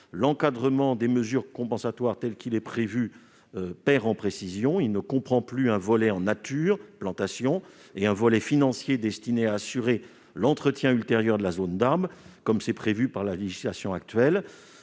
L'encadrement des mesures compensatoires prévues perd en précision : il ne comprend plus un volet en nature- plantations -et un volet financier destinés à assurer l'entretien ultérieur de la zone d'arbres, comme le prévoit la législation actuelle.